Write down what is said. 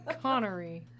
Connery